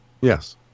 Yes